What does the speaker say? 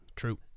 true